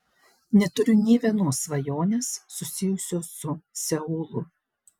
neturiu nė vienos svajonės susijusios su seulu